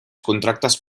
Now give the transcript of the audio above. contractes